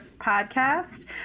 podcast